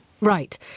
Right